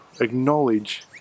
acknowledge